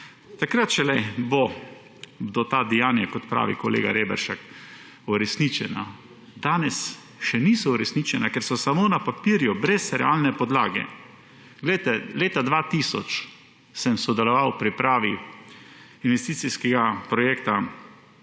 Takrat šele bodo ta dejanja, kot pravi kolega Reberšek, uresničena. Danes še niso uresničena, ker so samo na papirju brez realne podlage. Leta 2000 sem sodeloval pri pripravi investicijskega projekta